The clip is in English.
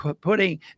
putting